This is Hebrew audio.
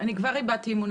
אני כבר איבדתי אמון,